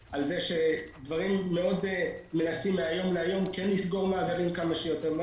שמנסים מהיום להיום כן לסגור מעגלים כמה שיותר מהר.